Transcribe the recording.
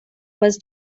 was